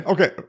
Okay